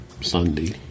Sunday